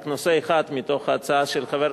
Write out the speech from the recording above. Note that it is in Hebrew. רק נושא אחד מתוך ההצעה של חבר,